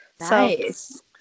Nice